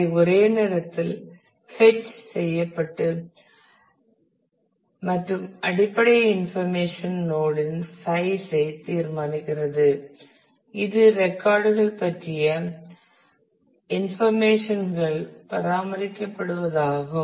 அவை ஒரே நேரத்தில் பெச் செய்யப்பட்டு மற்றும் அடிப்படை இன்ஃபர்மேஷன் நோட் இன் சைஸ் ஐ தீர்மானிக்கிறது இது ரெக்கார்ட் கள் பற்றிய இன்ஃபர்மேஷன்கள் பராமரிக்கப்படுவதாகும்